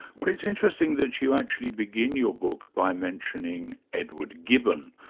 well it's interesting that you actually begin your book by mentioning edward gibbon,